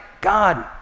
God